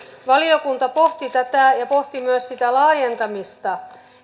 valiokunta pohti tätä ja pohti myös sitä laajentamista